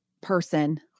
person